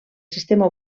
sistema